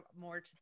more